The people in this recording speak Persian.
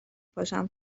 پاشم